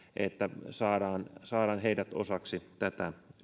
että saadaan saadaan heidät osaksi tätä